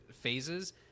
phases